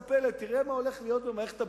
תראה מה הולך להיות במערכת הבריאות.